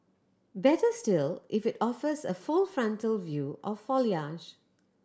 better still if it offers a full frontal view of foliage